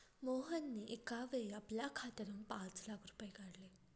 मोहनने एकावेळी आपल्या खात्यातून पाच लाख रुपये काढले